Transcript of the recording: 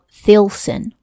Thilson